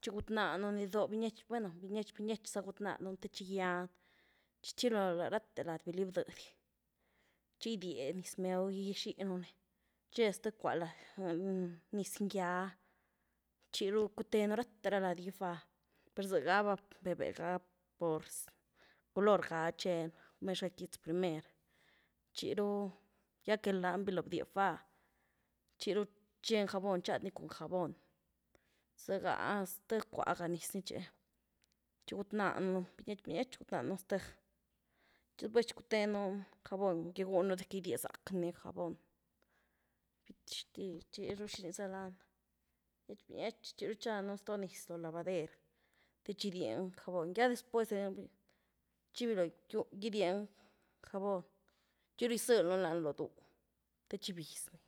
txi gút nanu ni doo, bynietx, bueno binietx-binietx za gut nanu ni te gýany, txi txiloo la ráte lady baly bdëeidy, txi gydie niz new gy gyxínu ny, txe zty cú’a lady, niz ngýa, txiru cuteenu rate rá lady gy fá, per zy gaba vée-vée ga va, por color ga txeny, primer xga quitz primer txíru ya que lany biloo die fá, txiwú txeny jabón txiadny cun jabón, zygá zty cúaa ga niz ni txi, txi gúut nanuny binietx-binietx gúut nanuny zty, txi después cuteenuny jabón gygwënu de que gydiee zac ni jabón, bít-xtil, txiru ¿xini za lani? Binietx-binietx, txi ru gytxanu stoo niz lo lavader te txi gidyeny jabón, ya después de ni, txi biloo gyd ieny jabón, txi rú gytzëlynu lany lo duu, te txi gywbyz ni.